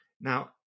Now